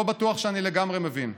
לא בטוח שאני לגמרי מבין,